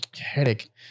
headache